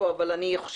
כמו